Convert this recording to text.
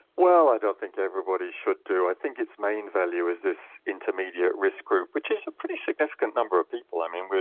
well, i don't think everybody should do, i think its main value is this intermediate risk group, which is a pretty significant number of people. i mean,